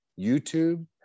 YouTube